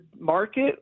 market